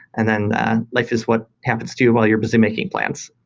and then life is what happens to you while you're busy making plans.